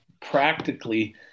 practically